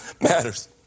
matters